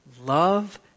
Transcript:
love